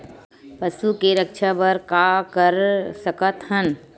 पशु के रक्षा बर का कर सकत हन?